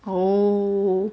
oh